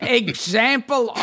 example